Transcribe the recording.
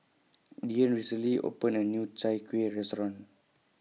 Deann recently opened A New Chai Kuih Restaurant